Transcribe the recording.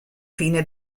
fine